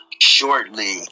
shortly